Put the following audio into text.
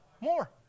More